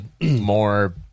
more